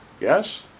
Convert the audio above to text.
Yes